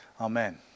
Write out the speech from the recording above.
Amen